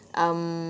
um